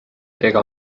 ega